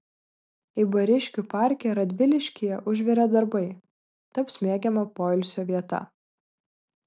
eibariškių parke radviliškyje užvirė darbai taps mėgiama poilsio vieta